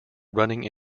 running